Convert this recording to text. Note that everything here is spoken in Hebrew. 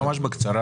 ממש בקצרה,